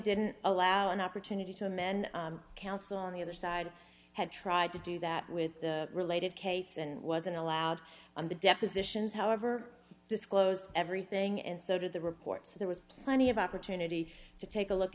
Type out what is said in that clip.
didn't allow an opportunity to amend counsel on the other side had tried to do that with the related case and wasn't allowed on the depositions however disclosed everything and so did the reports there was plenty of opportunity to take a look